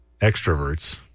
extroverts